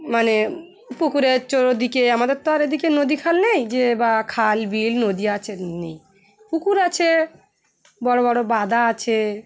মানে পুকুরের চোর ওদিকে আমাদের তো আর এদিকে নদী খাল নেই যে বা খাল বিল নদী আছে নেই পুকুর আছে বড়ো বড়ো বাঁধা আছে